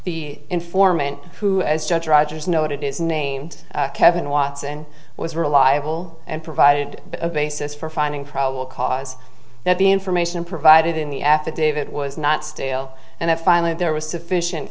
the informant who as judge rogers noted is named kevin watson was reliable and provided a basis for finding probable cause that the information provided in the affidavit was not stale and that finally there was sufficient